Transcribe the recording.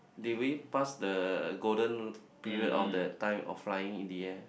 they already pass the golden period of the time of flying in the air